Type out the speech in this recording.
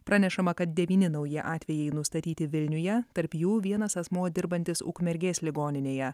pranešama kad devyni nauji atvejai nustatyti vilniuje tarp jų vienas asmuo dirbantis ukmergės ligoninėje